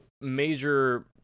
major